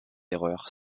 erreurs